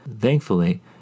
Thankfully